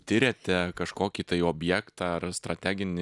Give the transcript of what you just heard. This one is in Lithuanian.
tiriate kažkokį tai objektą ar strateginį